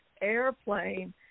airplane